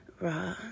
raw